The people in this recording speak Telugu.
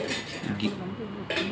గేదెల రోజువారి పశువు దాణాఎంత వేస్తారు?